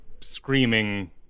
screaming